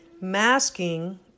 masking